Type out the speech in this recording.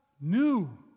new